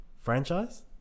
Franchise